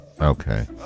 okay